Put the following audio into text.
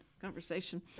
conversation